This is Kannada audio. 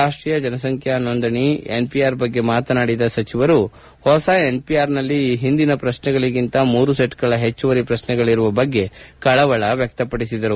ರಾಷ್ಷೀಯ ಜನಸಂಖ್ಯಾ ನೋಂದಣಿ ಎನ್ಪಿಆರ್ ಬಗ್ಗೆ ಮಾತನಾಡಿದ ಅವರು ಹೊಸ ಎನ್ಪಿಆರ್ನಲ್ಲಿ ಈ ಹಿಂದಿನ ಪ್ರಕ್ನೆಗಳಿಗಿಂತ ಮೂರು ಸೆಟ್ಗಳ ಹೆಚ್ಚುವರಿ ಪ್ರತ್ನೆಗಳಿರುವ ಬಗ್ಗೆ ಕಳವಳ ವ್ಯಕ್ತಪಡಿಸಿದರು